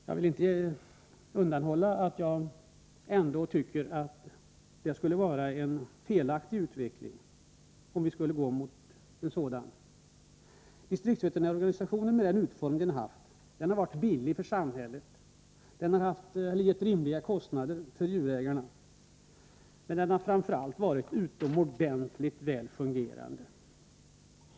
Jag vill inte undanhålla kammaren att jag ändå tycker att detta skulle vara en felaktig utveckling, då distriktsveterinärorganisationen med den utformning den haft har varit billig för samhället, inneburit rimliga kostnader för djurägarna och framför allt varit utomordentligt väl fungerande.